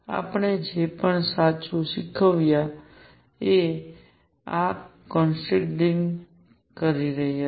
આપણે જે પણ સાચું શીખ્યા છીએ તેનો આ કોન્ટ્રાડીકટીંગ કરી રહ્યા છે